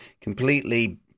completely